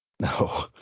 No